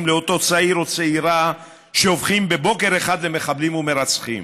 לאותו צעיר או צעירה שהופכים בבוקר אחד למחבלים ומרצחים.